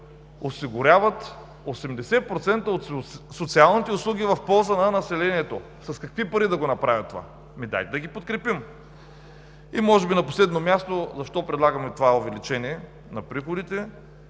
осигуряват 80% от социалните услуги в полза на населението, с какви пари да го направят това? Ами дайте да ги подкрепим! И може би на последно място, защо предлагаме това увеличение на приходите?